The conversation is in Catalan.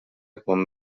quan